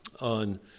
on